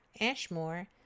Ashmore